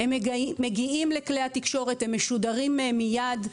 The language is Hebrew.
הם מגיעים לכלי התקשורת, הם משודרים מיד.